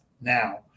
now